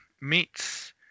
meets